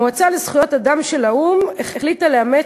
מועצת זכויות האדם של האו"ם החליטה לאמץ